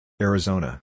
Arizona